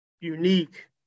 unique